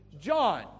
John